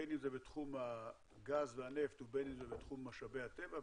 בין אם זה בתחום הגז והנפט ובין אם זה בתחום משאבי הטבע,